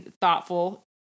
thoughtful